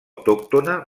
autòctona